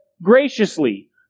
Graciously